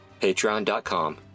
patreon.com